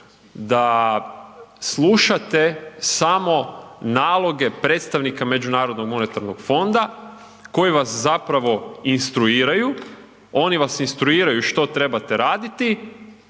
da slušate samo naloge predstavnika međunarodnog monetarnog fonda koji vas zapravo instruiraju, oni vas instruiraju što trebate raditi